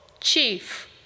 chief